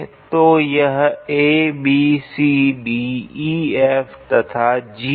तो यह ABCDEF तथा G है